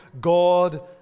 God